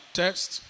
text